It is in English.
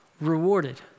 rewarded